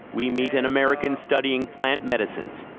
we meet an american studying plant medicines.